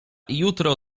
jutro